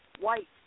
white